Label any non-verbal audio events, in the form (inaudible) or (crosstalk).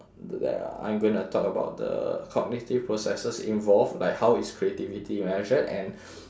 (noise) I'm going to talk about the cognitive processes involved like how is creativity measured and (breath)